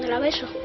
and i wish i